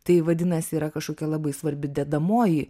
tai vadinasi yra kažkokia labai svarbi dedamoji